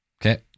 Okay